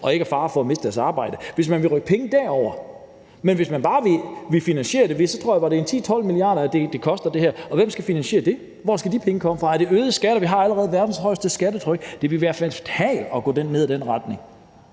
og ikke er i fare for at miste deres arbejde. Jeg vil gerne kigge på det, hvis man vil rykke penge derfra. Men hvis man bare vil finansiere det – jeg tror, det var en 10-12 mia. kr., det her ville koste – hvem skal så finansiere det? Hvor skal de penge komme fra? Er det øgede skatter? Vi har allerede verdens højeste skattetryk. Det ville være fatalt at gå ned ad den vej.